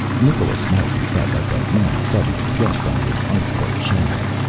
nicholas martin felt like a man suddenly thrust under an ice-cold shower.